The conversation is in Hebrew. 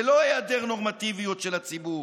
זה לא היעדר נורמטיביות של הציבור,